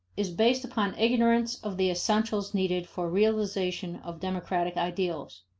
is based upon ignorance of the essentials needed for realization of democratic ideals.